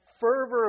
fervor